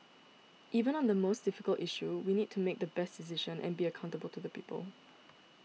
even on the most difficult issue we need to make the best decision and be accountable to the people